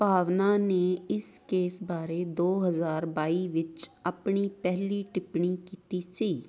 ਭਾਵਨਾ ਨੇ ਇਸ ਕੇਸ ਬਾਰੇ ਦੋ ਹਜ਼ਾਰ ਬਾਈ ਵਿੱਚ ਆਪਣੀ ਪਹਿਲੀ ਟਿੱਪਣੀ ਕੀਤੀ ਸੀ